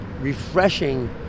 refreshing